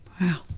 Wow